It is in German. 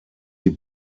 die